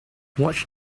watch